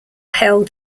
held